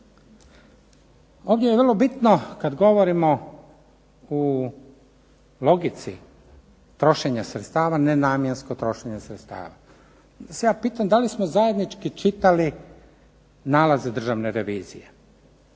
Ovdje je vrlo bitno kad govorimo u logici trošenja sredstava nenamjensko trošenje sredstava, pa se ja pitam da li smo zajednički čitali nalaze državne revizije.